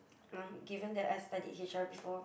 um given that I studied H_R before